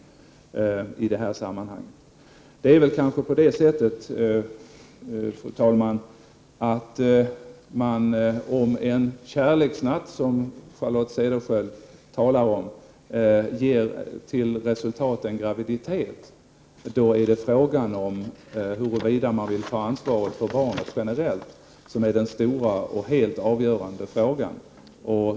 Det är väl kanske på det sättet att om en ”kärleksnatt”, som Charlotte Cederschiöld talar om, ger till resultat en graviditet, är huruvida man skall ta ansvaret för barnet generellt den stora och helt avgörande frågan.